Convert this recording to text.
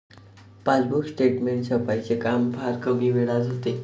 passbook statement छपाईचे काम फार कमी वेळात होते